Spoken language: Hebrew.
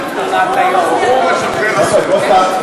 אני מזמין את חבר הכנסת משה גפני.